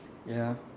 ya